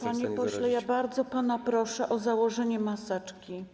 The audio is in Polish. Panie pośle, ja bardzo pana proszę o założenie maseczki.